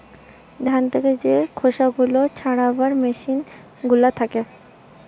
ধান থেকে যে খোসা গুলা ছাড়াবার মেসিন গুলা থাকে